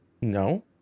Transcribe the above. No